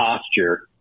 posture